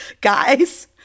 guys